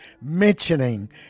mentioning